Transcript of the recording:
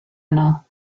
yno